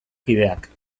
kideak